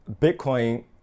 Bitcoin